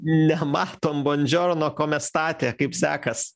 nematom bondžiorno komestate kaip sekas